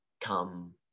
come